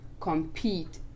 compete